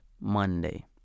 Monday